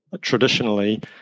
traditionally